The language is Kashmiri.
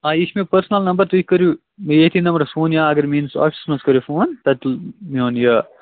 آ یہِ چھِ مےٚ پٔرسٕنَل نَمبَر تُہۍ کٔرِو ییٚتھی نَمبرَس فون یا اَگر میٛٲنِس آفیسَس منٛز کٔرِو فون تَتہِ تُل میٛون یہِ